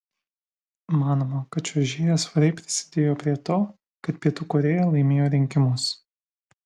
manoma kad čiuožėja svariai prisidėjo prie to kad pietų korėja laimėjo rinkimus